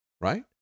right